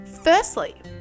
Firstly